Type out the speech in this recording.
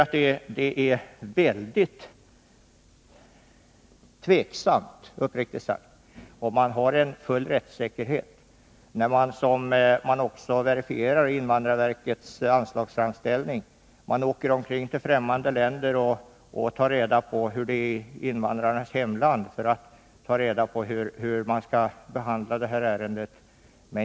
Men jag tycker uppriktigt sagt att det är mycket tvivelaktigt om full rättssäkerhet råder om det är så, som det också verifieras i invandrarverkets anslagsframställning, att man åker ut och tar reda på hur förhållandena är i invandrarnas hemländer för att få underlag för hur ärendena skall behandlas.